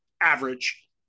average